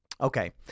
Okay